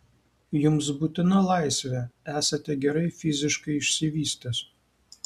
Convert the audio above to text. jums būtina laisvė esate gerai fiziškai išsivystęs